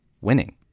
winning